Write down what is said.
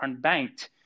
unbanked